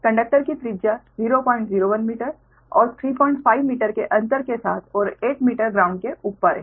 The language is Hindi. कंडक्टर की त्रिज्या 001 मीटर और 35 मीटर के अंतर के साथ और 8 मीटर ग्राउंड के ऊपर है